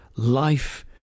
Life